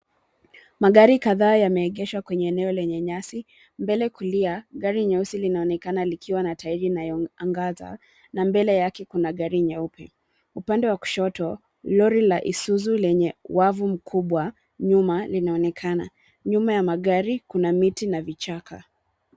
Magari kadhaa yameegeshwa kwenye eneo lenye nyasi. Mbele kulia, gari nyeusi linaonekana likiwa na tairi inayoangaza, na mbele yake kuna gari nyeupe. Upande wake wa kushoto, lori la Isuzu lenye wavu mkubwa nyuma linaonekana. Nyuma ya magari, kuna miti na vichaka.